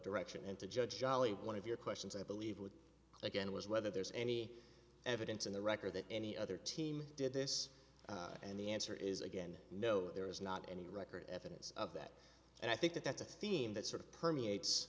direction and to judge ali one of your questions i believe would again was whether there's any evidence in the record that any other team did this and the answer is again no there is not any record evidence of that and i think that that's a theme that sort of permeates